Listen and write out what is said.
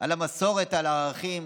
על המסורת, על הערכים.